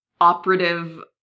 operative